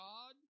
God